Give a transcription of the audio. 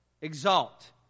Exalt